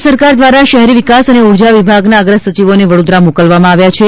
રાજ્ય સરકાર દ્વારા શહેરી વિકાસ અને ઉર્જા વિભાગના અગ્ર સચિવોને વડોદરા મોકલવામાં આવ્યા છે